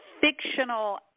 Fictional